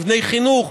מבני חינוך,